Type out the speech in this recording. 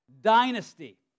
Dynasty